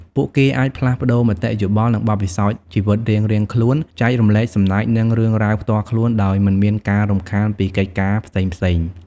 ពួកគេអាចផ្លាស់ប្តូរមតិយោបល់និងបទពិសោធន៍ជីវិតរៀងៗខ្លួន ចែករំលែកសំណើចនិងរឿងរ៉ាវផ្ទាល់ខ្លួនដោយមិនមានការរំខានពីកិច្ចការផ្សេងៗ។